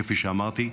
כפי שאמרתי,